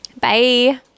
Bye